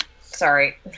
Sorry